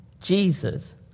Jesus